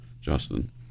Justin